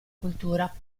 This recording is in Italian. cultura